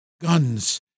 guns